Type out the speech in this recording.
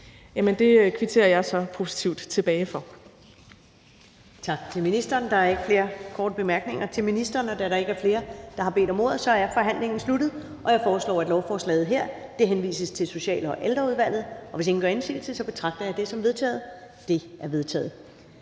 Første næstformand (Karen Ellemann): Tak til ministeren. Der er ikke flere korte bemærkninger til ministeren. Da der ikke er flere, der har bedt om ordet, er forhandlingen sluttet. Jeg foreslår, at lovforslaget her henvises til Social- og Ældreudvalget, og hvis ingen gør indsigelse, betragter jeg det som vedtaget. Det er vedtaget.